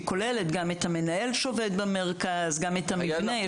שהיא כוללת גם את המנהל שעובד במרכז, גם את המבנה.